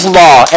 law